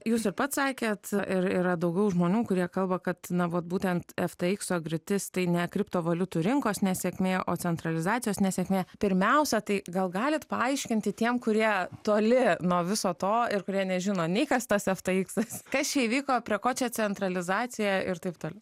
jūs ir pats sakėt ir yra daugiau žmonių kurie kalba kad na vat būtent efteikso griūtis tai ne kriptovaliutų rinkos nesėkmė o centralizacijos nesėkmė pirmiausia tai gal galit paaiškinti tiem kurie toli nuo viso to ir kurie nežino nei kas tas efteiksas kas čia įvyko prie ko čia centralizacija ir taip toliau